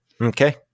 Okay